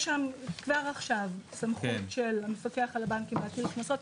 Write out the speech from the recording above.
יש שם כבר עכשיו סמכות של המפקח על הבנקים להטיל קנסות,